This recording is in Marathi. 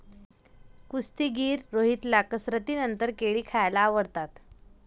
कुस्तीगीर रोहितला कसरतीनंतर केळी खायला आवडतात